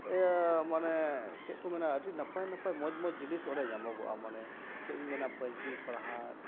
ᱤᱭᱟᱹ ᱢᱟᱱᱮ ᱪᱮᱫ ᱠᱚ ᱢᱮᱱᱟ ᱟᱹᱰᱤ ᱱᱟᱯᱟᱭ ᱱᱟᱯᱟᱭ ᱢᱚᱡᱽᱼᱢᱚᱡᱽ ᱡᱤᱱᱤᱥ ᱚᱸᱰᱮ ᱧᱟᱢᱚᱜᱚᱜᱼᱟ ᱢᱟᱱᱮ ᱪᱮᱫ ᱤᱧ ᱢᱮᱱᱟ ᱯᱟᱹᱧᱪᱤᱼᱯᱟᱨᱦᱟᱲ